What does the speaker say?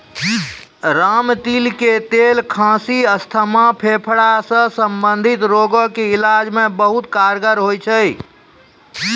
रामतिल के तेल खांसी, अस्थमा, फेफड़ा सॅ संबंधित रोग के इलाज मॅ बहुत कारगर होय छै